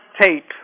tape